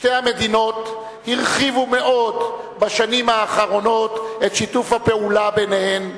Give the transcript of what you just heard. שתי המדינות הרחיבו מאוד בשנים האחרונות את שיתוף הפעולה ביניהן,